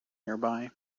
nearby